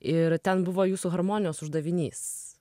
ir ten buvo jūsų harmonijos uždavinys